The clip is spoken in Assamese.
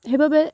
সেইবাবে